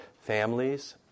families